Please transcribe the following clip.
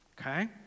okay